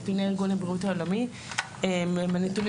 נתוני ארגון הבריאות העולמי הם הנתונים